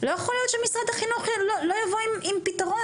לא יכול להיות שמשרד החינוך לא יבוא עם פתרון.